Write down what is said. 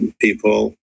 people